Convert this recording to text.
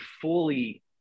fully